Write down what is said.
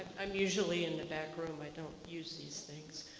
i'm usually in the back room. i don't use these things.